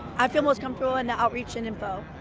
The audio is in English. i feel most comfortable in outreach and info.